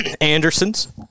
Andersons